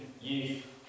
youth